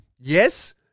Yes